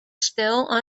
still